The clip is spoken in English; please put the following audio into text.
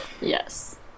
Yes